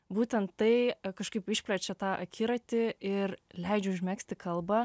būtent tai kažkaip išplečia tą akiratį ir leidžia užmegzti kalbą